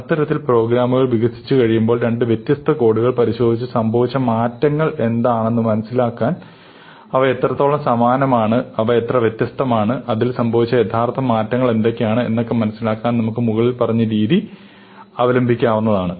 അത്തരത്തിൽ പ്രോഗ്രാമുകൾ വികസിച്ച് കഴിയുമ്പോൾ രണ്ട് വ്യത്യസ്ത കോഡുകൾ പരിശോധിച്ച് സംഭവിച്ച മാറ്റങ്ങൾ എന്താണെന്ന് മനസിലാക്കാൻ അവ എത്രത്തോളം സമാനമാണ് അവ എത്ര വ്യത്യസ്തമാണ് അതിൽ സംഭവിച്ച യഥാർത്ഥ മാറ്റങ്ങൾ എന്തൊക്കെയാണ് എന്നൊക്കെ മനസ്സിലാക്കാൻ നമുക് മുകളിൽ പറഞ്ഞ രീതി അവലബിക്കാവുന്നതാണ്